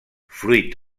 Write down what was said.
fruit